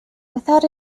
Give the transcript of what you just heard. without